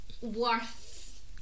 worth